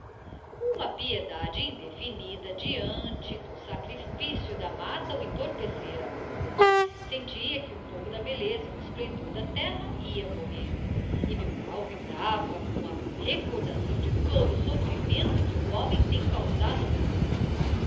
uma piedade indefinida deante do sacrifício da matta o entorpecera sentia que um pouco da belleza e do esplendor da terra ia morrer e milkau vibrava com a recordação de todo o soífrimento que o homem tem causado no mundo